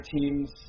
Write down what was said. team's